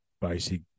basic